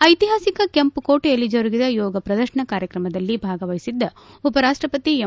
ಐತಿಹಾಸಿಕ ಕೆಂಪುಕೋಟೆಯಲ್ಲಿ ಜರುಗಿದ ಯೋಗ ಪ್ರದರ್ತನ ಕಾರ್ಯಕ್ರಮದಲ್ಲಿ ಭಾಗವಹಿಸಿದ್ದ ಉಪರಾಷ್ಷಪತಿ ಎಂ